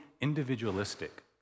individualistic